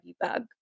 bug